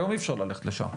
היום אי אפשר ללכת לשם,